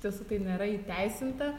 tiesa tai nėra įteisinta